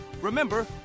Remember